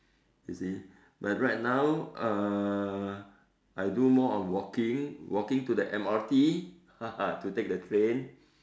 you see but right now uh I do more of walking walking to the M_R_T to take the train